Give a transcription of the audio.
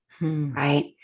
Right